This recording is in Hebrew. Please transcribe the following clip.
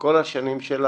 וכל השנים,